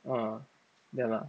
(uh huh) ya lah